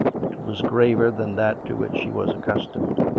it was graver than that to which she was accustomed.